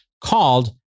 called